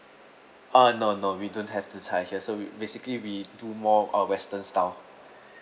uh no no we don't have appetiser so basically we do more uh western style